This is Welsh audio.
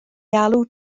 alw